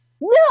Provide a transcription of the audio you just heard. No